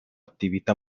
attività